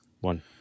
One